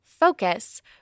Focus